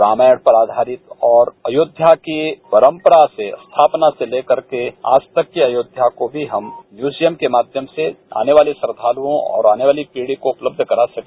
रामायण पर आवारित और अयोध्या के परमपरा से स्थापना से लेकर के आज तक की अयोध्या को भी हम म्यूपियम के माध्यम से आने वाले श्रद्दालुओं और आने वाली पीद्री को उपलब्ध करा सके